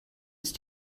ist